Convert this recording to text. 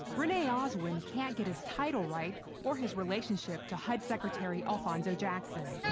rene oswin can't get his title right or his relationship to hud secretary alphonso jackson.